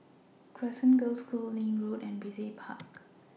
Crescent Girls' School LINK Road and Brizay Park